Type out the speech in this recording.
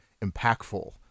impactful